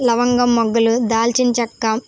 లవంగం మొగ్గలు దాల్చిన చెక్క